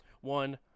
One